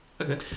Okay